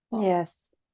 yes